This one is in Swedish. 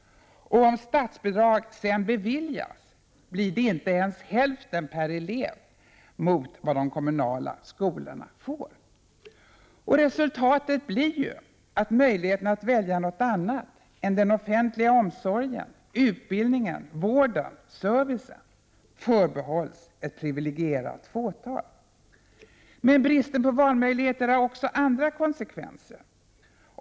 Och om statsbidrag sedan beviljas blir det inte ens hälften så stort per elev jämfört med vad de kommunala skolorna får. Resultatet blir att möjligheten att välja något annat än den offentliga omsorgen, utbildningen, vården eller servicen förbehålls ett privilegierat fåtal. Men bristen på valmöjligheter får också andra konsekvenser.